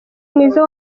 mwiza